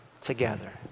together